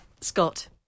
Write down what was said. Scott